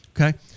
okay